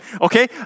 Okay